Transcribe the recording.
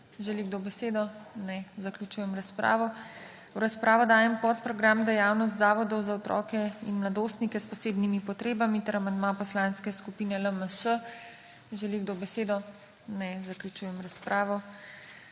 Želi kdo besedo? Ne. Zaključujem razpravo. V razpravo dajem podprogram Dejavnost zavodov za otroke in mladostnike s posebnimi potrebami ter amandma Poslanske skupine LMŠ. Želi kdo besedo? Ne. Zaključujem razpravo.